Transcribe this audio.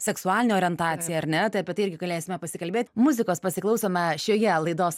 seksualinę orientaciją ar ne tai apie tai irgi galėsime pasikalbėt muzikos pasiklausome šioje laidos